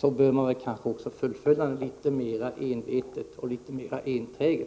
då bör man också fullfölja den litet mer enträget.